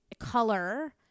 color